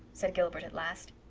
said gilbert at last.